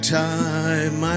time